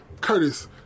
Curtis